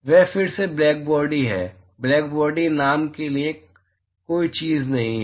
वे फिर से ब्लैकबॉडी हैं ब्लैकबॉडी नाम की कोई चीज नहीं है